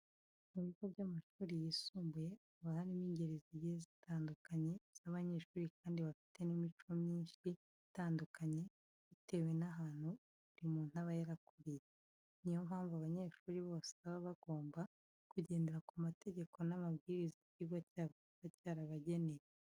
Mu bigo by'amashuri yisumbuye haba harimo ingeri zigiye zitandukanye z'abanyeshuri kandi bafite n'imico myinshi itandukanye bitewe n'ahantu buri muntu aba yarakuriye. Niyo mpamvu abanyeshuri bose baba bagomba kugendera ku mategeko n'amabwiriza ikigo cyabo kiba cyarabageneye.